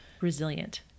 resilient